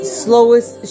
slowest